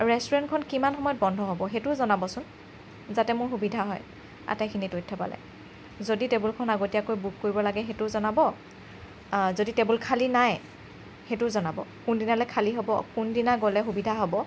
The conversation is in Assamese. ৰেষ্টুৰেণ্টখন কিমান সময়ত বন্ধ হ'ব সেইটোও জনাবচোন যাতে মোৰ সুবিধা হয় আটাইখিনি তথ্য পালে যদি টেবুলখন আগতীয়াকৈ বুক কৰিব লাগে সেইটোও জনাব যদি টেবুল খালী নাই সেইটোও জনাব কোন দিনালৈ খালি হ'ব কোন দিনা গ'লে সুবিধা হ'ব